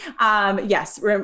Yes